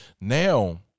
Now